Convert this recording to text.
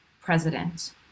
president